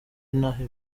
inaha